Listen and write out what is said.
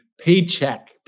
Paycheck